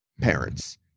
parents